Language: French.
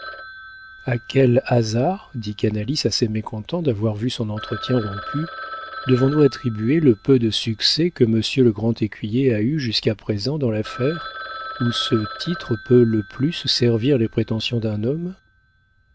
a quel hasard dit canalis assez mécontent d'avoir vu son entretien rompu devons-nous attribuer le peu de succès que monsieur le grand écuyer a eu jusqu'à présent dans l'affaire où ce titre peut le plus servir les prétentions d'un homme